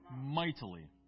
Mightily